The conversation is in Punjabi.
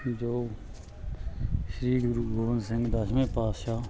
ਜੋ ਸ੍ਰੀ ਗੁਰੂ ਗੋਬਿੰਦ ਸਿੰਘ ਦਸਵੇਂ ਪਾਤਸ਼ਾਹ